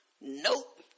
nope